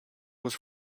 was